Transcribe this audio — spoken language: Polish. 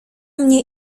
mnie